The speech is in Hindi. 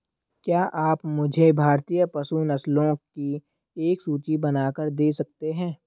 क्या आप मुझे भारतीय पशु नस्लों की एक सूची बनाकर दे सकते हैं?